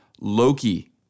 Loki